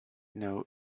know